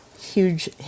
huge